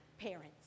parents